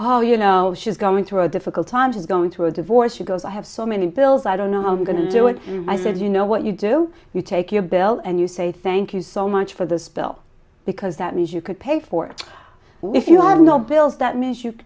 oh you know she's going through a difficult time she's going to a divorce she goes i have so many bills i don't know how i'm going to do it and i said you know what you do you take your bill and you say thank you so much for this bill because that means you could pay for it if you are not bills that means you